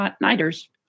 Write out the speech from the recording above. nighters